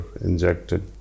injected